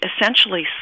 essentially